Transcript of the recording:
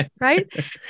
right